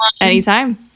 Anytime